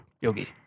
Yogi